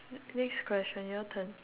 next question your turn